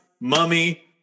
mummy